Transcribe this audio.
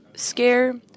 Scare